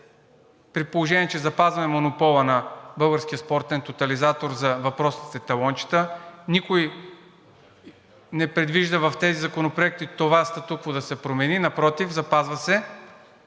при положение че запазваме монопола на Българския спортен тотализатор за въпросните талончета, никой не предвижда в тези законопроекти това статукво да се промени, напротив, запазва се.